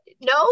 no